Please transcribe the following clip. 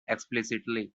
explicitly